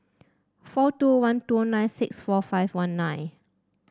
four two one two nine six four five one nine